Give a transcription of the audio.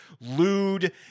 lewd